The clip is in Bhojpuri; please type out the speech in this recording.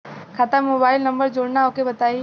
खाता में मोबाइल नंबर जोड़ना ओके बताई?